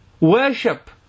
worship